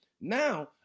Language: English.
Now